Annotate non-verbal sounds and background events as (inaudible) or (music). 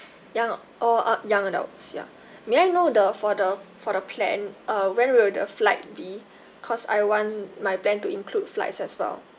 young all uh young adults ya (breath) may I know the for the for the plan uh when will the flight be cause I want my plan to include flights as well